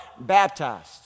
Baptized